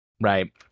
right